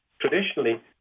traditionally